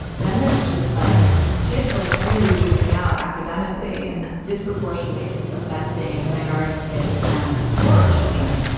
then there's just like kids, like really losing out academically and disproportionally affecting minority kids and poor children.